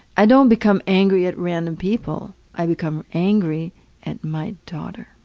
i don't become angry at random people. i become angry at my daughter.